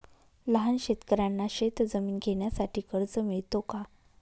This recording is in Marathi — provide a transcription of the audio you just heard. लहान शेतकऱ्यांना शेतजमीन घेण्यासाठी कर्ज मिळतो का?